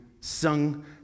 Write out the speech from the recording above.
sung